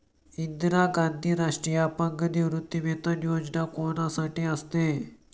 इंदिरा गांधी राष्ट्रीय अपंग निवृत्तीवेतन योजना कोणासाठी असते?